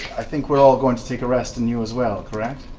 i think we're all going to take a rest and you as well, correct?